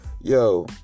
Yo